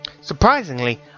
Surprisingly